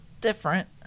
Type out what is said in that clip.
different